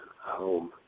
home